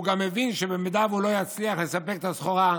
הוא גם הבין שאם לא יצליח לספק את הסחורה,